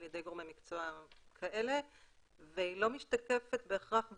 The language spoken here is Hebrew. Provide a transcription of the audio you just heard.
ידי גורמי מקצוע כאלה והיא לא משתקפת בהכרח בנתונים.